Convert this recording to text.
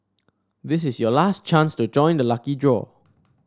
this is your last chance to join the lucky draw